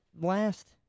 last